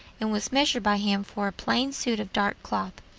and was measured by him for a plain suit of dark cloth.